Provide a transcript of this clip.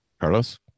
carlos